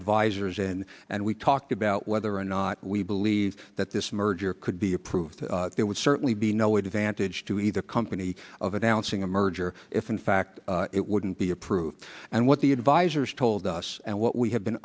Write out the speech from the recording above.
advisors in and we talked about whether or not we believe that this merger could be approved there would certainly be no advantage to either company of announcing a merger if in fact it wouldn't be approved and what the advisors told us and what we have been